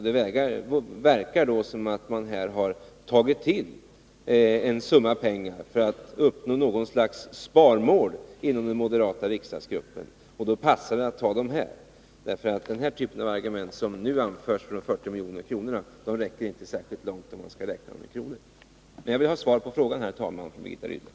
Det verkar som om man inom den moderata riksdagsgruppen har tagit till en summa pengar för att uppnå något slags sparmål, och då passade det att ta de pengarna på det här området. Men med de 40 miljoner kronorna kommer man inte särskilt långt. Herr talman! Till sist: Jag vill gärna ha svar på den fråga jag ställde till Birgitta Rydle.